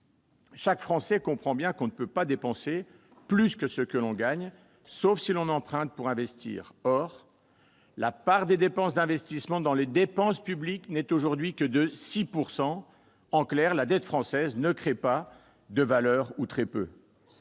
Chaque Français comprend bien que l'on ne peut pas dépenser plus que ce que l'on gagne, sauf à emprunter pour investir. Or la part des dépenses d'investissement dans les dépenses publiques n'est aujourd'hui que de 6 %, ce qui signifie que la dette française ne crée pas de valeur, ou très peu.